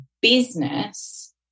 business